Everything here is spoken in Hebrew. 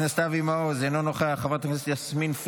חבר הכנסת אימאן ח'טיב יאסין,